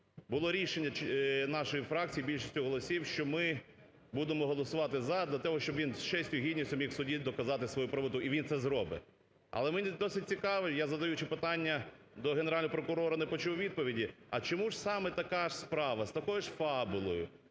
Було рішення нашої фракції більшістю голосів, що ми будемо голосувати – за, для того, щоб він з честю і гідністю міг в суді доказати свою правоту і він це зробить. Але мені досить цікаво, я, задаючи питання до Генерального прокурора, не почув відповіді, а чому ж саме така справа, з такою ж фабулою